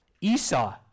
Esau